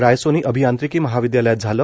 रायसोनी अभियांत्रिकी महाविद्यालयात झालं